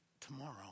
tomorrow